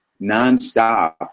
nonstop